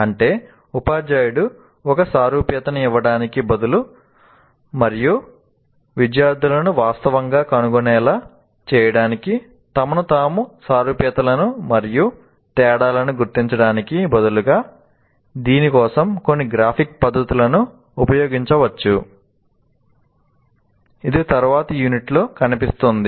అంటే ఉపాధ్యాయుడు ఒక సారూప్యతను ఇవ్వడానికి బదులుగా మరియు విద్యార్థులను వాస్తవంగా కనుగొనేలా చేయడానికి తమను తాము సారూప్యతలను మరియు తేడాలను గుర్తించడానికి బదులుగా దీని కోసం కొన్ని గ్రాఫిక్ పద్ధతులను ఉపయోగించవచ్చు ఇది తరువాతి యూనిట్లో కనిపిస్తుంది